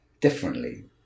differently